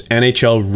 nhl